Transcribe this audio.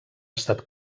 estat